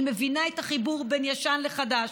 היא מבינה את החיבור בין ישן לחדש,